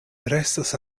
restas